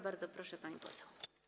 Bardzo proszę, pani poseł.